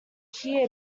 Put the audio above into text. hear